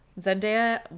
Zendaya